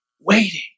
waiting